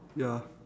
ya